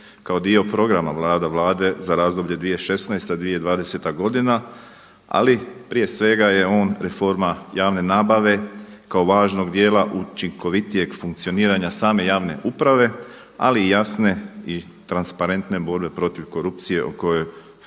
kao dio programa Vlada Vlade za razdoblje 2016.-2020. godina ali prije svega je on reforma javne nabave kao važnog dijela učinkovitijeg funkcioniranja same javne uprave ali i jasne i transparentne borbe protiv korupcije o kojoj